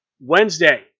Wednesday